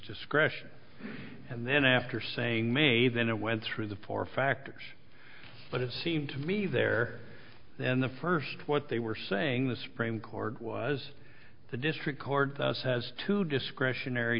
discretion and then after saying may then i went through the four factors but it seemed to me there then the first what they were saying the supreme court was the district court has to discretionary